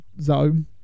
zone